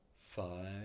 five